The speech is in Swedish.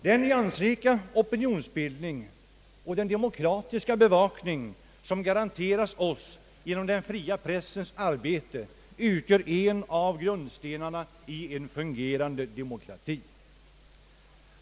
Den nyansrika opinionsbildning och den demokratiska bevakning som garanteras oss genom den fria pressens arbete utgör en av grundstenarna i en fungerande demokrati.